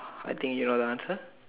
I think you know the answer